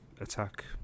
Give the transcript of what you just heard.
attack